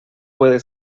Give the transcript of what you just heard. puede